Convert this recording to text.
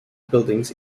buildings